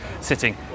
sitting